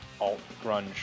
alt-grunge